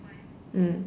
mm